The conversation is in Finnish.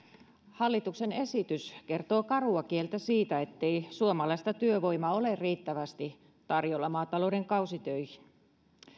hallituksen esitys kertoo karua kieltä siitä ettei suomalaista työvoimaa ole riittävästi tarjolla maatalouden kausitöihin